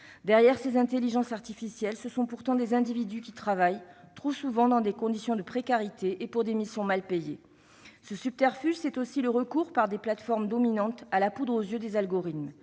derrière ces intelligences artificielles, ce sont des individus qui travaillent, trop souvent dans la précarité et pour des missions mal payées. Ce subterfuge, c'est aussi le recours, par les plateformes dominantes, à la poudre aux yeux des algorithmes.